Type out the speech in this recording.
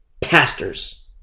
pastors